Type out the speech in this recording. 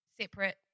separate